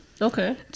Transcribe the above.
okay